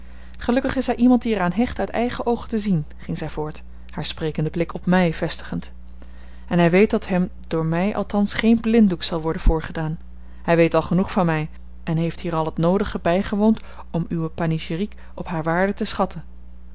gelukkig is hij iemand die er aan hecht uit eigen oogen te zien ging zij voort haar sprekenden blik op mij vestigend en hij weet dat hem door mij althans geen blinddoek zal worden voorgedaan hij weet al genoeg van mij en heeft hier al het noodige bijgewoond om uwe panygeriek op hare waarde te schatten